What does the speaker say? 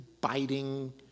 Biting